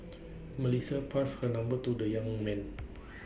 Melissa passed her number to the young man